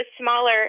smaller